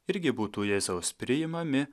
irgi būtų jėzaus priimami